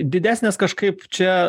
didesnės kažkaip čia